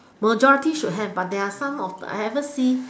majority should have but there are some of the I ever see